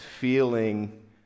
feeling